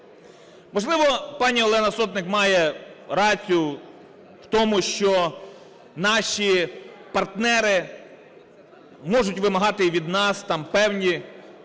Можливо, пані Олена Сотник має рацію в тому, що наші партнери можуть вимагати від нас там певні